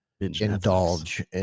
indulge